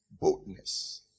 boldness